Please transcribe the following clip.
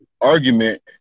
argument